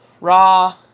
Raw